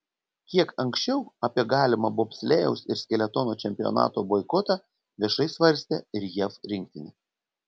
kiek anksčiau apie galimą bobslėjaus ir skeletono čempionato boikotą viešai svarstė ir jav rinktinė